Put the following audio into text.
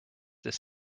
this